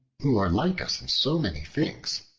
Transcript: who are like us in so many things,